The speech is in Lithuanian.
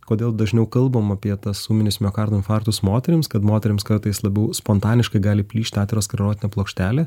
kodėl dažniau kalbam apie tas ūminius miokardo infarktus moterims kad moterims kartais labiau spontaniškai gali plyšti aterosklerotinė plokštelė